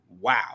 Wow